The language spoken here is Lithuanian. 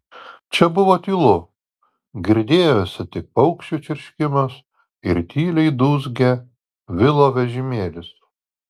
čia buvo tylu girdėjosi tik paukščių čirškimas ir tyliai dūzgė vilo vežimėlis